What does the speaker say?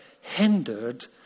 hindered